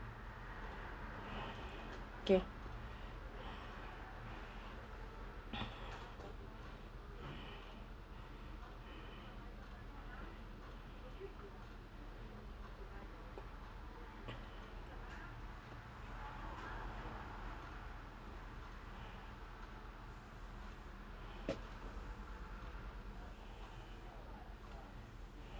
okay